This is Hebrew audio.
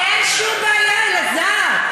אין שום בעיה, אלעזר.